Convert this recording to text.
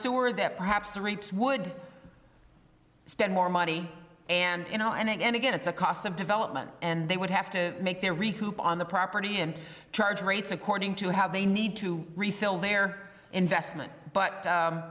sewer that perhaps the reaps would spend more money and you know and again it's a cost of development and they would have to make their recruits on the property in charge rates according to how they need to resell their investment but